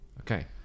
Okay